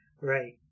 Right